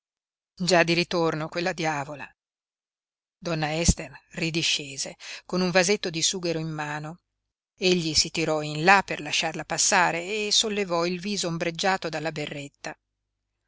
già di ritorno quella diavola donna ester ridiscese con un vasetto di sughero in mano egli si tirò in là per lasciarla passare e sollevò il viso ombreggiato dalla berretta